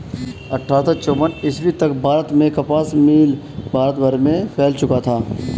अट्ठारह सौ चौवन ईस्वी तक भारत में कपास मिल भारत भर में फैल चुका था